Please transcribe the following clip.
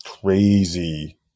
crazy